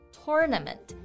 tournament